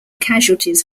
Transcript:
casualties